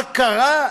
מה קרה?